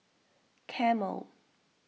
Camel